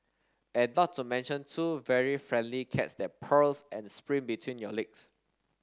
and not to mention two very friendly cats that purrs and sprint between your legs